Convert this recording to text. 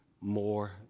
more